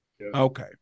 Okay